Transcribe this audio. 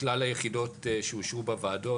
מכלל היחידות שאושרו בוועדות,